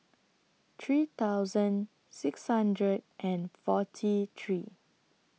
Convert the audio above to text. three thousand six hundred and forty three